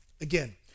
Again